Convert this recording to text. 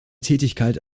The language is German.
tätigkeit